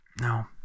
No